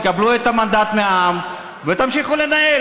תקבלו את המנדט מהעם ותמשיכו לנהל,